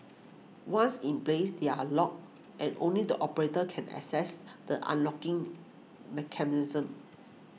once in place they are locked and only the operator can access the unlocking mechanism